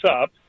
up